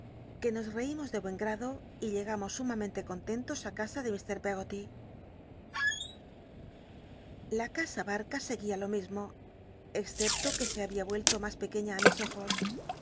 que nos t'eimos de buen gmdo y llegamos sumamente contentos á casa de mr peggoty la casa barca seguía lo ntismo excepto que se había vuello mas pec ueiia ti mis ojos